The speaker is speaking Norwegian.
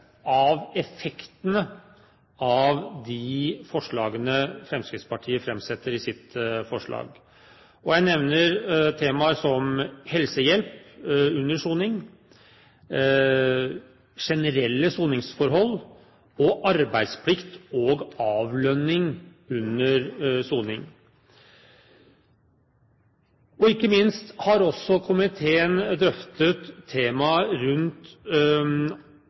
av effektene av de forslagene Fremskrittspartiet framsetter i sitt forslag. Jeg nevner temaer som helsehjelp under soning, generelle soningsforhold og arbeidsplikt og avlønning under soning. Ikke minst har også komiteen drøftet temaet rundt